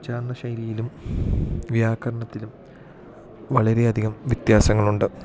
ഉച്ചാരണ ശൈലിയിലും വ്യാകരണത്തിലും വളരെയധികം വ്യത്യാസങ്ങളൊണ്ട്